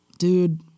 dude